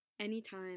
anytime